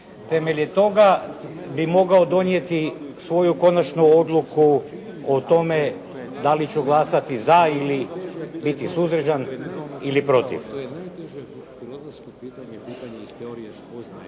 temelju toga bih mogao donijeti svoju konačnu odluku o tome da li ću glasati za ili biti suzdržan, ili protiv.